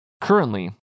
Currently